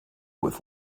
with